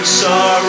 sorry